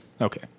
Okay